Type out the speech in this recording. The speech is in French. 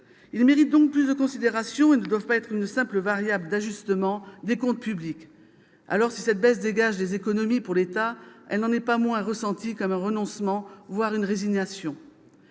Ils méritent donc plus de considération et ne doivent pas être une simple variable d'ajustement des comptes publics. Alors, si cette baisse dégage des économies pour l'État, elle n'en est pas moins ressentie comme un renoncement, voire une résignation.